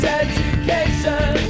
education